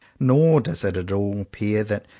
nor does it at all appear that,